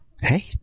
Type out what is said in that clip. Hey